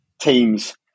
teams